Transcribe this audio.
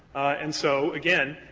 and so, again,